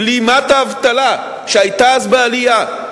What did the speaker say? בלימת האבטלה שהיתה אז בעלייה,